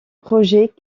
projet